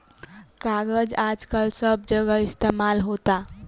कागज आजकल सब जगह इस्तमाल होता